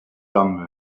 can